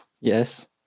yes